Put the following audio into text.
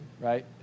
right